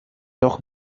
doch